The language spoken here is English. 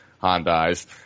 Honda's